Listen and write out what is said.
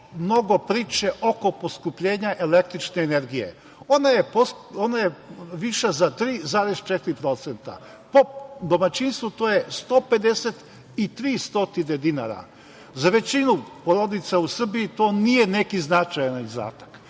mnogo priče oko poskupljenja električne energije. Ona je viša za 3,4%. Po domaćinstvu to je 150 i 300 dinara. Za većinu porodica u Srbiji to nije neki značajan izdatak.